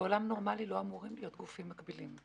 בעולם נורמלי לא אמורים להיות גופים מקבילים,